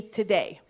today